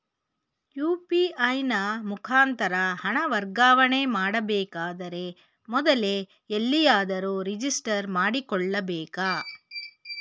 UPI ನ ಮುಖಾಂತರ ಹಣ ವರ್ಗಾವಣೆ ಮಾಡಬೇಕಾದರೆ ಮೊದಲೇ ಎಲ್ಲಿಯಾದರೂ ರಿಜಿಸ್ಟರ್ ಮಾಡಿಕೊಳ್ಳಬೇಕಾ?